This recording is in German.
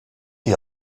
die